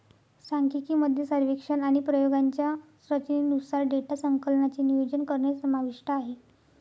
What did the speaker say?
सांख्यिकी मध्ये सर्वेक्षण आणि प्रयोगांच्या रचनेनुसार डेटा संकलनाचे नियोजन करणे समाविष्ट आहे